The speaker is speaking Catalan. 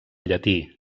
llatí